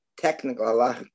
technical